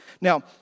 Now